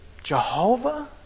Jehovah